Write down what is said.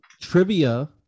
Trivia